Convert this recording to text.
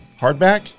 Hardback